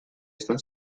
están